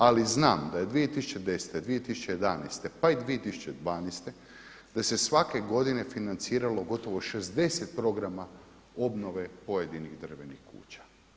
Ali znam da je 2010., 2011., pa i 2012. da se svake godine financiralo gotovo 60 programa obnove pojedinih drvenih kuća.